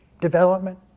development